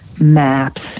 maps